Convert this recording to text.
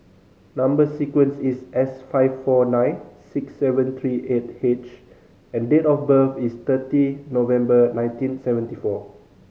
number sequence is S five four nine six seven three eight H and date of birth is thirty November nineteen seventy four